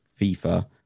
FIFA